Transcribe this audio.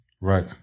Right